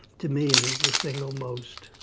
to me it is the single most,